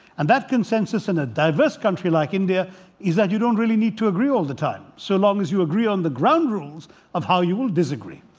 and that consensus in a diverse country like india is that you don't really need to agree all the time. so long as you agree on the ground rules of how you'll disagree.